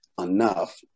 enough